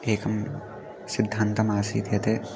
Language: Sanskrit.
एकं सिद्धान्तमासीत् यत्